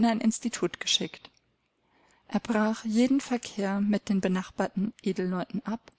institut geschickt er brach jeden verkehr mit den benachbarten edelleuten ab